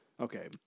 Okay